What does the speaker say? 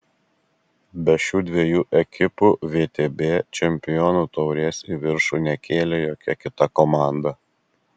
be šių dviejų ekipų vtb čempionų taurės į viršų nekėlė jokia kita komanda